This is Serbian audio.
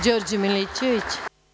Đorđe Milićević.